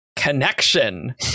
Connection